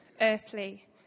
earthly